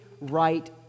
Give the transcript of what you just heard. right